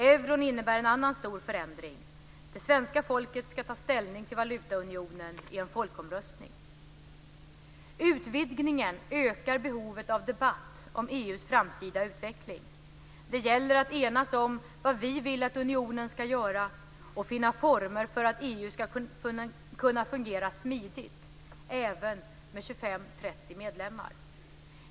Euron innebär en annan stor förändring. Det svenska folket ska ta ställning till valutaunionen i en folkomröstning. Utvidgningen ökar behovet av debatt om EU:s framtida utveckling. Det gäller att enas om vad vi vill att unionen ska göra och finna former för att EU ska kunna fungera smidigt även med 25-30 medlemmar.